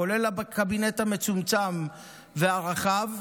כולל הקבינט המצומצם והרחב,